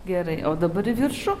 gerai o dabar į viršų